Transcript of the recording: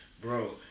Bro